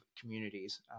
communities